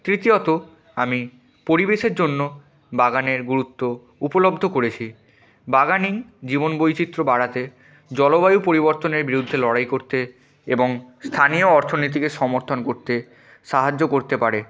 তৃতীয়ত আমি পরিবেশের জন্য বাগানের গুরুত্ব উপলব্ধি করেছি বাগানই জীবন বৈচিত্র্য বাড়াতে জলবায়ু পরিবর্তনের বিরুদ্ধে লড়াই করতে এবং স্থানীয় অর্থনীতিকে সমর্থন করতে সাহায্য করতে পারে